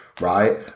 right